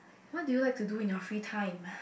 what do you like to do in your free time